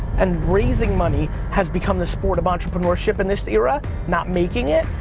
and raising money has become the sport of entrepreneurship in this era, not making it.